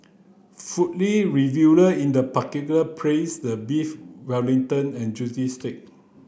reviewer in the particular praised the Beef Wellington and juicy steak